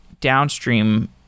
downstream